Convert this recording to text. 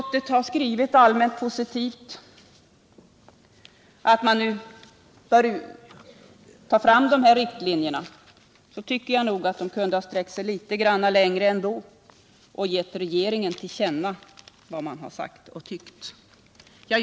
Även om utskottet allmänt positivt har skrivit att man nu bör ta fram de här riktlinjerna, tycker jag nog att det kunde ha sträckt sig litet längre och gett regeringen till känna vad man har sagt och tyckt. Herr talman!